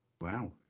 Wow